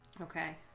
Okay